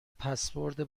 پسورد